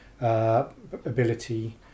ability